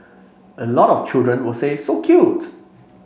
a lot of children will say so cute